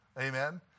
Amen